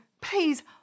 Please